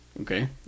okay